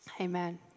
Amen